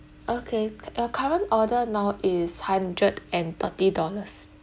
okay uh current order now is hundred and thirty dollars